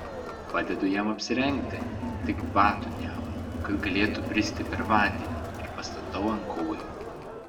padedu jam apsirengti tik batų neaunu kad galėtų bristi per vandenį ir pastatau ant kojų